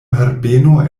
herbeno